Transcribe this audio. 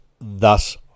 thus